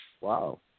Wow